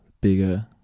bigger